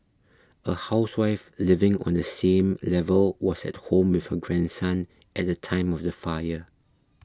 a housewife living on the same level was at home with her grandson at the time of the fire